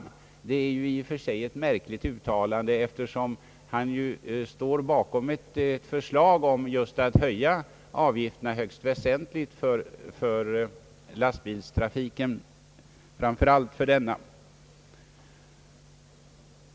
Detta är i och för sig ett märkligt uttalande, eftersom herr Wärnberg står bakom ett förslag att höja avgifterna väsentligt, framför allt just för lastbilstrafiken.